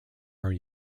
are